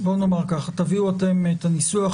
תביאו אתם את הניסוח.